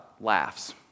laughs